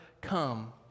come